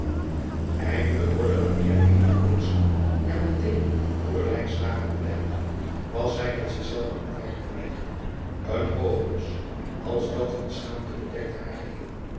indelijk hoorde eenig geritsel en meteen oeder ontdekkende was zij met zichzelve niet weinig verlegen en hoog blos als dat van schaamte bedekte haar geheel